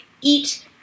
eat